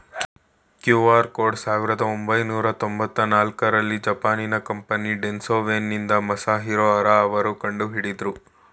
QR code ಸಾವಿರದ ಒಂಬೈನೂರ ತೊಂಬತ್ತ ನಾಲ್ಕುರಲ್ಲಿ ಜಪಾನಿನ ಕಂಪನಿ ಡೆನ್ಸೊ ವೇವ್ನಿಂದ ಮಸಾಹಿರೊ ಹರಾ ಅವ್ರು ಕಂಡುಹಿಡಿದ್ರು